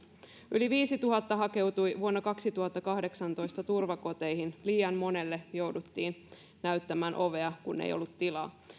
yli viisituhatta hakeutui vuonna kaksituhattakahdeksantoista turvakoteihin liian monelle jouduttiin näyttämään ovea kun ei ollut tilaa